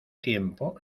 tiempo